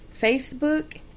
Facebook